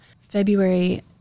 February